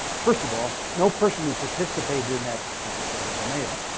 first of all, no person who participated in that experience, that is a male,